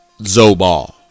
Zobal